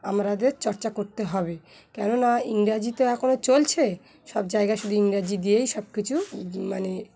আমাদের চর্চা করতে হবে কেননা ইংরাজি তো এখনও চলছে সব জায়গা শুধু ইংরাজি দিয়েই সব কিছু মানে